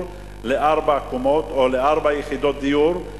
לארבע קומות או לארבע יחידות דיור,